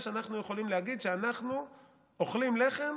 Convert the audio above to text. שאנחנו יכולים להגיד שאנחנו אוכלים לחם